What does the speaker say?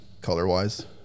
color-wise